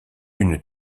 une